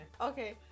okay